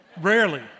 Rarely